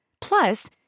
Plus